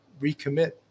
recommit